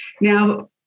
Now